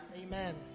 Amen